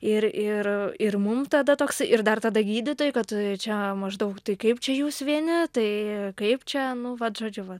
ir ir ir mum tada toksai ir dar tada gydytojai kad čia maždaug tai kaip čia jūs vieni tai kaip čia nu vat žodžiu va